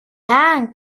haan